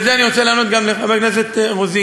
ואת זה אני רוצה לענות גם לחברת הכנסת רוזין,